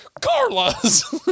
Carla's